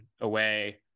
away